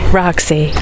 roxy